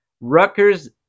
Rutgers